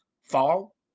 fall